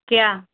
क्या